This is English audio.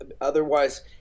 Otherwise